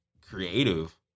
creative